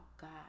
God